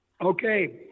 Okay